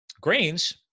Grains